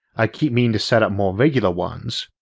i keep meaning to set up more regular ones,